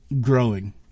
growing